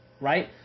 right